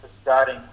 Starting